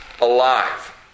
alive